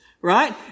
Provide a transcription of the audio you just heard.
right